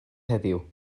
heddiw